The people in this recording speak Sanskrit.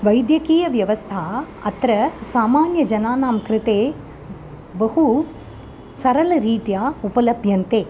वैद्यकीयव्यवस्था अत्र सामान्यजनानां कृते बहु सरलरीत्या उपलभ्यते